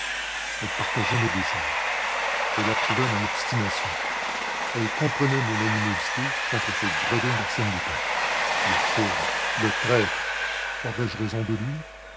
elle partageait mes désirs elle approuvait mon obstination elle comprenait mon animosité contre ce gredin d'arsène lupin le fourbe le traître aurais-je raison de lui